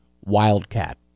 Wildcat